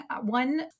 one